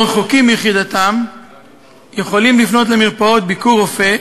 או רחוקים מיחידתם יכולים לפנות למרפאות "ביקורופא"